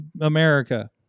America